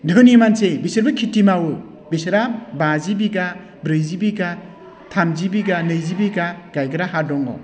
धोनि मानसि बिसोरबो खेथि मावो बिसोरा बाजि बिघा ब्रैजि बिघा थामजि बिघा नैजि बिघा गायग्रा हा दङ